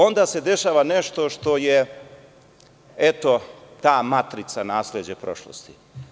Onda se dešava nešto što je eto ta matrica nasleđa naše prošlosti.